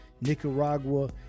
Nicaragua